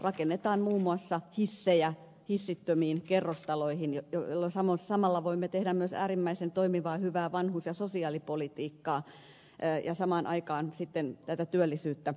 rakennetaan muun muassa hissejä hissittömiin kerrostaloihin jolloin samalla voimme tehdä myös äärimmäisen toimivaa ja hyvää vanhus ja sosiaalipolitiikkaa ja samaan aikaan sitten edistää työllisyyttä